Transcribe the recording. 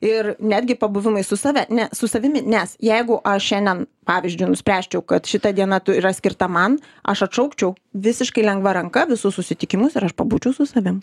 ir netgi pabuvimui su save ne su savimi nes jeigu aš šiandien pavyzdžiui nuspręsčiau kad šita diena yra skirta man aš atšaukčiau visiškai lengva ranka visus susitikimus ir aš pabūčiau su savim